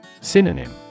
Synonym